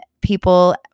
people